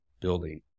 building